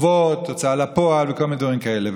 חובות, הוצאה לפועל, וכל מיני דברים כאלה.